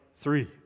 three